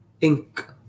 ink